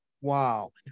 Wow